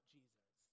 Jesus